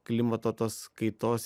klimato tas kaitos